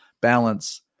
balance